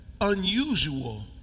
unusual